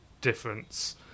difference